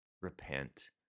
repent